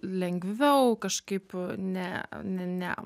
lengviau kažkaip ne ne ne